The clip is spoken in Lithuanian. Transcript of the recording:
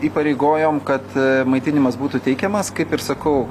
įpareigojom kad maitinimas būtų teikiamas kaip ir sakau